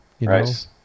Right